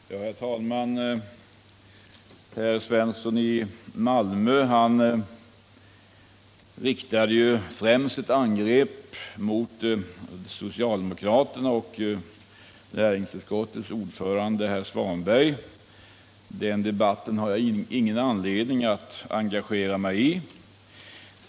Herr talman! Herr Svensson i Malmö riktade sitt angrepp främst mot socialdemokraterna och näringsutskottets ordförande herr Svanberg, och den debatten har jag ingen anledning att engagera mig i.